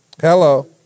Hello